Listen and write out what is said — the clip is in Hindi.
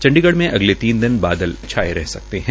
चंडीगढ़ में अगले तीन दिन बादल छाये रह सकते है